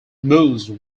moose